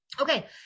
Okay